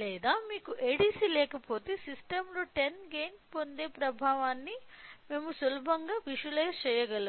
లేదా మీకు ADC లేకపోయినా సిస్టం లోకి 10 గెయిన్ పొందే ప్రభావాన్ని మేము సులభంగా విజువలైజ్ చెయ్యగలం